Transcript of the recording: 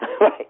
right